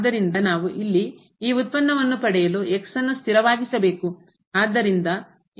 ಆದ್ದರಿಂದ ನಾವು ಇಲ್ಲಿ ಈ ಉತ್ಪನ್ನವನ್ನು ಪಡೆಯಲು x ನ್ನು ಸ್ಥಿರವಾಗಿ ಸಬೇಕು